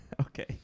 okay